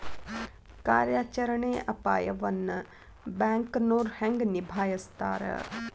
ಕಾರ್ಯಾಚರಣೆಯ ಅಪಾಯವನ್ನ ಬ್ಯಾಂಕನೋರ್ ಹೆಂಗ ನಿಭಾಯಸ್ತಾರ